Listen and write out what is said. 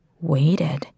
waited